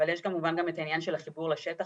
אבל יש כמובן גם את העניין של החיבור לשטח,